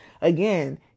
again